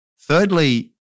Thirdly